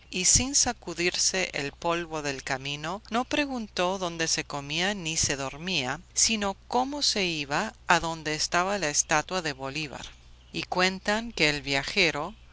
y sin sacudirse el polvo del camino no preguntó dónde se comía ni se dormía sino cómo se iba adonde estaba la estatua de bolívar y cuentan que el viajero solo